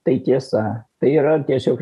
tai tiesa tai yra tiesiog